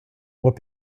what